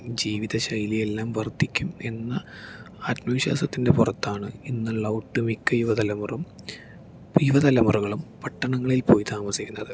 ജീവിത ശൈലിയെല്ലാം വർദ്ധിക്കും എന്ന ആത്മവിശ്വാസത്തിൻ്റെ പുറത്താണ് ഇന്നുള്ള ഒട്ടു മിക്ക യുവതലമുറം യുവതലമുറകളും പട്ടണങ്ങളിൽ പോയി താമസിക്കുന്നത്